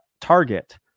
Target